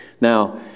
Now